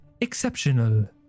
Exceptional